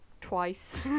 twice